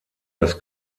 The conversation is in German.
das